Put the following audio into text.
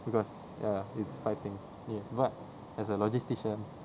because ya it's fighting but as a logistician